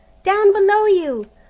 down below you.